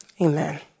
Amen